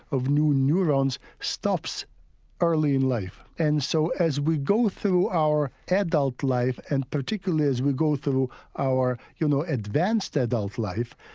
of new neurons, stops early in life and so as we go through our adult life, and particularly as we go through our you know advanced adult life,